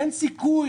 אין סיכוי,